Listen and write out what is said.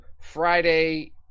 Friday